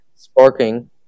Sparking